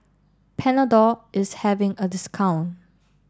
Panadol is having a discount